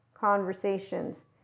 conversations